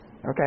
Okay